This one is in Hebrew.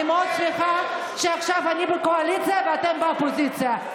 אני מאוד שמחה שעכשיו אני בקואליציה ואתם באופוזיציה.